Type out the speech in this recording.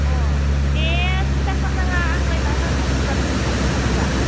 अ दे सिन्था खालाम नाङा आंलाय मानो सम मोनब्ला नोंजो थांफाखागोन दा